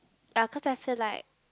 ah cause I feel like